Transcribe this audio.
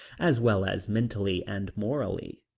as well as mentally and morally.